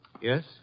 Yes